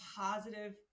positive